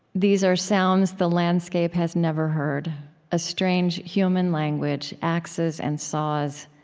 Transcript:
these are sounds the landscape has never heard a strange human language, axes and saws,